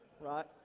right